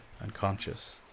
unconscious